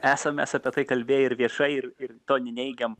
esam mes apie tai kalbėję ir vieša ir ir to nineigiam